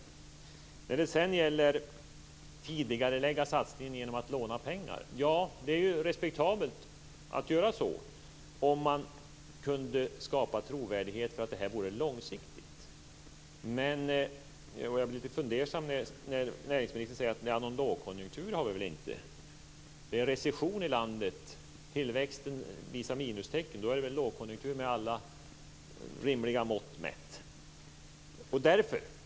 Det hade varit respektabelt att vilja tidigarelägga satsningar genom att låna pengar om man hade kunnat skapa trovärdighet runt tanken att det är något långsiktigt. Jag blir lite fundersam när näringsministern säger att vi inte har lågkonjunktur. Det är recession i landet. Tillväxten är negativ. Då är det väl lågkonjunktur, med alla rimliga mått mätt.